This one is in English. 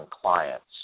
clients